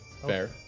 Fair